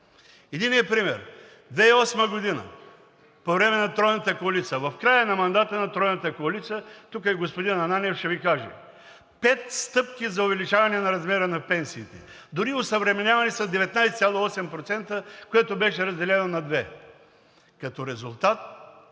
Единият пример – 2008 г. по време на Тройната коалиция в края на мандата на Тройната коалиция, а тук е и господин Ананиев, и ще Ви каже пет стъпки за увеличаване на размера на пенсиите, дори осъвременяваните са 19,8%, което беше разделено на две. Като резултат